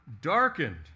darkened